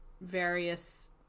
various